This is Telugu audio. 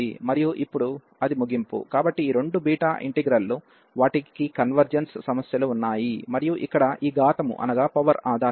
మరియు ఇప్పుడు అది ముగింపు కాబట్టి ఈ రెండు బీటా ఇంటిగ్రల్ లు వాటికి కన్వెర్జెన్స్ సమస్యలు ఉన్నాయి మరియు ఇక్కడ ఈ ఘాతము ఆధారంగా